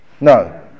no